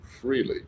freely